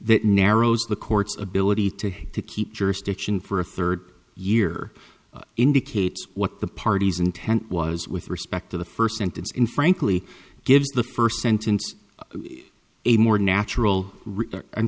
that narrows the court's ability to keep jurisdiction for a third year indicates what the parties intent was with respect to the first sentence in frankly gives the first sentence a more natural i'm